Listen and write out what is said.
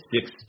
six